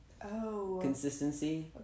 consistency